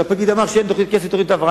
כשהפקיד אמר שאין כסף לתוכניות הבראה,